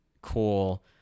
cool